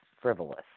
frivolous